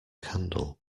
candle